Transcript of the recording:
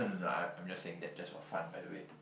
no no no I I'm just saying that just for fun by the way